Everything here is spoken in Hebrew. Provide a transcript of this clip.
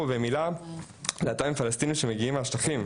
וזה פלסטינים להט״בים שמגיעים מהשטחים,